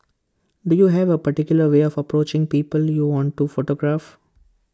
do you have A particular way of approaching people you want to photograph